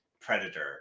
Predator